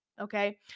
Okay